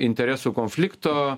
interesų konflikto